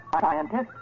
scientist